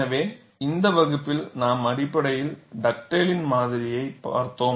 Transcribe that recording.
எனவே இந்த வகுப்பில் நாம் அடிப்படையில் டக்டேலின் மாதிரியை பார்த்தோம்